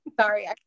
Sorry